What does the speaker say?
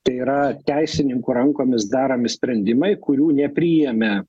tai yra teisininkų rankomis daromi sprendimai kurių nepriėmė